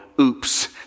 oops